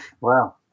Wow